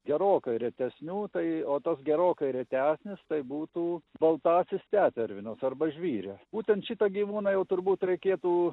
gerokai retesnių tai o tos gerokai retesnės tai būtų baltasis tetervinas arba žvyrė būtent šitą gyvūną jau turbūt reikėtų